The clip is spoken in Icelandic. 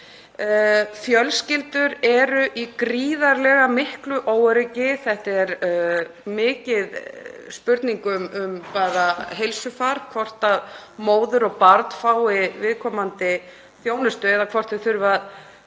Fjölskyldur eru í gríðarlegu miklu óöryggi. Það er stór spurning um bara heilsufar hvort móðir og barn fái viðkomandi þjónustu eða hvort þau þurfi